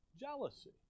jealousy